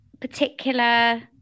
particular